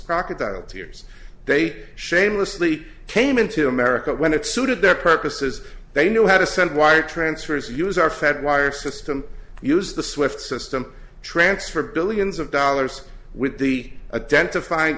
crocodile tears they shamelessly came into america when it suited their purposes they knew how to send wire transfers use our fed wire system use the swift system transfer billions of dollars with the a dent